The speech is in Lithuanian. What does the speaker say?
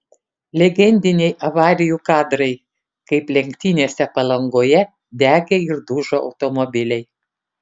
legendiniai avarijų kadrai kaip lenktynėse palangoje degė ir dužo automobiliai